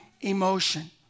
emotion